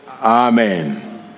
Amen